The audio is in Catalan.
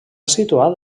situat